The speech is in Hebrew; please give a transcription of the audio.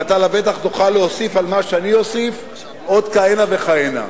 ואתה לבטח תוכל להוסיף על מה שאני אוסיף עוד כהנה וכהנה.